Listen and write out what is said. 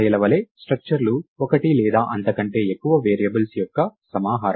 అర్రేల వలె స్ట్రక్చర్ లు ఒకటి లేదా అంతకంటే ఎక్కువ వేరియబుల్స్ యొక్క సమాహారం